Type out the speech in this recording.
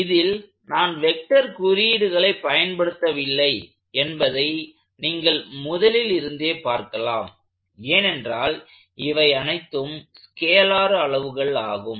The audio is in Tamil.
இதில் நான் வெக்டர் குறியீடுகளை பயன்படுத்தவில்லை என்பதை நீங்கள் முதலில் இருந்தே பார்க்கலாம் ஏனென்றால் இவை அனைத்தும் ஸ்கேலார் அளவுகள் ஆகும்